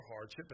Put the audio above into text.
hardship